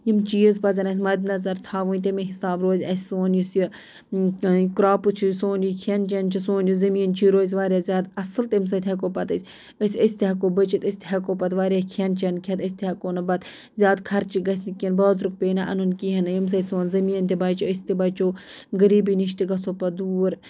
یِم چیٖز پَزَن اَسہِ مَدِ نظر تھاوٕنۍ تَمے حِسابہٕ روزِ اَسہِ سون یُس یہِ کرٛاپس چھُ سون یہِ کھٮ۪ن چٮ۪ن چھُ سون یہِ زمیٖن چھُ یہِ روزِ واریاہ زیادٕ اَصٕل تَمہِ سۭتۍ ہٮ۪کو پَتہٕ أسۍ أسۍ أسۍ تہِ ہٮ۪کو بٔچِتھ أسۍ تہِ ہٮ۪کو پَتہٕ واریاہ کھٮ۪ن چؠن کھٮ۪تھ أسۍ تہِ ہٮ۪کو نہٕ پَتہٕ زیادٕ خرچہِ گژھِ نہٕ کیٚنٛہہ بازرُک پیٚیہِ نہٕ اَنُن کِہیٖنٛۍ نہٕ ییٚمہِ سۭتۍ سون تہِ بَچہِ أسۍ تہِ بَچو غریٖبی نِش تہِ گژھو پَتہٕ دوٗر